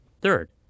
Third